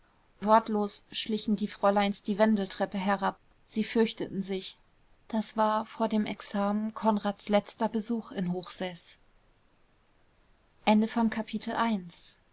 wortlos schlichen die fräuleins die wendeltreppe herab sie fürchteten sich das war vor dem examen konrads letzter besuch in hochseß